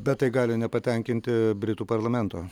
bet tai gali nepatenkinti britų parlamento